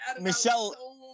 Michelle